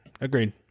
Agreed